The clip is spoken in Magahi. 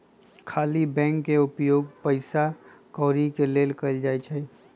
खाली बैंक के उपयोग पइसा कौरि के लेल कएल जाइ छइ